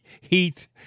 heat